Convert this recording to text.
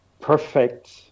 perfect